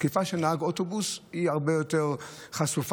תקיפה של נהג אוטובוס היא הרבה יותר חשופה,